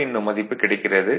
2 எனும் மதிப்பு கிடைக்கிறது